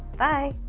bye!